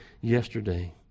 yesterday